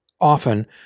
often